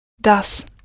Das